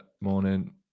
Morning